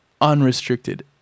unrestricted